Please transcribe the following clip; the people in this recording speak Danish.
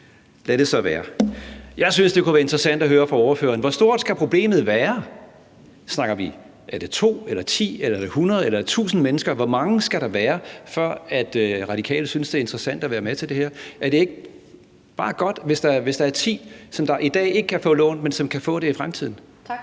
Lad det så være. Jeg synes, det kunne være interessant at høre fra ordføreren: Hvor stort skal problemet være? Snakker vi 2 eller 10 eller 100 eller 1.000 mennesker? Hvor mange skal der være, før Radikale synes, det er interessant at være med til det her? Er det ikke bare godt, hvis der er ti, som i dag ikke kan få et lån, men som kan få det i fremtiden? Kl.